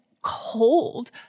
cold